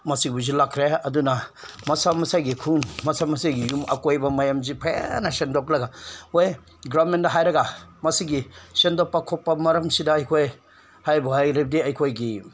ꯃꯁꯤꯕꯨꯁꯤ ꯂꯥꯛꯈ꯭ꯔꯦ ꯑꯗꯨꯅ ꯃꯁꯥ ꯃꯁꯥꯒꯤ ꯈꯨꯟ ꯃꯁꯥ ꯃꯁꯥꯒꯤ ꯌꯨꯝ ꯑꯀꯣꯏꯕ ꯃꯌꯥꯝꯁꯦ ꯐꯖꯅ ꯁꯦꯡꯗꯣꯛꯂꯒ ꯍꯣꯏ ꯒꯣꯕꯔꯃꯦꯟꯗ ꯍꯥꯏꯔꯒ ꯃꯁꯤꯒꯤ ꯁꯦꯡꯗꯣꯛꯄ ꯈꯣꯠꯄ ꯃꯔꯝꯁꯤꯗ ꯑꯩꯈꯣꯏ ꯍꯥꯏꯕꯨ ꯍꯥꯏꯔꯕꯗꯤ ꯑꯩꯈꯣꯏꯒꯤ